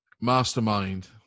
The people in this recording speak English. Mastermind